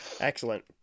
Excellent